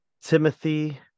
Timothy